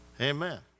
amen